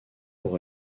pour